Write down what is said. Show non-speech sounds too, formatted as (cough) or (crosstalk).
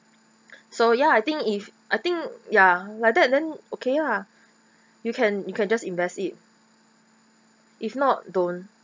(noise) so ya I think if I think ya like that then okay lah you can you can just invest it if not don't